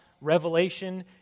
revelation